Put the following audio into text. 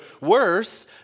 worse